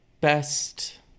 best